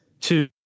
two